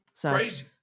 Crazy